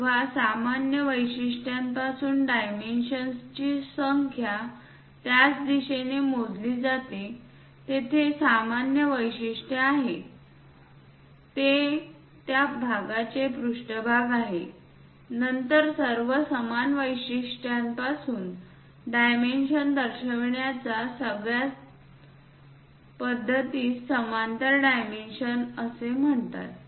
जेव्हा सामान्य वैशिष्ट्यापासून डायमेन्शन्सची संख्या त्याच दिशेने मोजली जाते येथे सामान्य वैशिष्ट्य हे आहे ते त्या भागाचे पृष्ठभाग आहे नंतर सर्व समान वैशिष्ट्यांपासून डायमेन्शन दर्शविण्याच्या सगळ्या पद्धतीस समांतर डायमेन्शनिंग असे म्हणतात